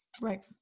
Right